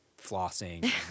flossing